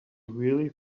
really